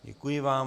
Děkuji vám.